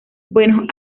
buenos